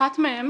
אחת מהן